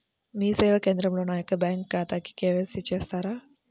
మీ సేవా కేంద్రంలో నా యొక్క బ్యాంకు ఖాతాకి కే.వై.సి చేస్తారా?